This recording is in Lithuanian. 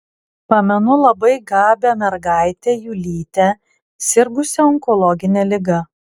pamenu labai gabią mergaitę julytę sirgusią onkologine liga